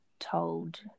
told